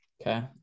Okay